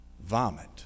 vomit